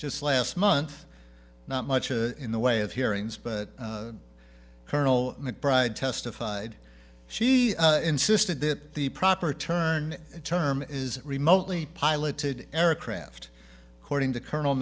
just last month not much of in the way of hearings but colonel mcbride testified she insisted that the proper turn term is remotely piloted aircraft cording to colonel